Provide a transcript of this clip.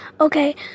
Okay